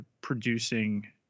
producing